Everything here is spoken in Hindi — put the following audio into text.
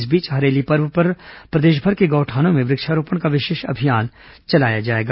इस बीच हरेली पर्व पर प्रदेशभर के गौठानों में वृक्षारोपण का विशेष अभियान चलाया जाएगा